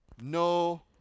No